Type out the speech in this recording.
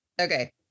Okay